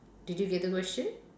did you get the question